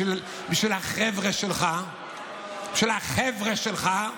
בשביל החבר'ה שלך?